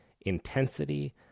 intensity